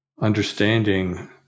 understanding